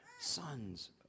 sons